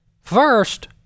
First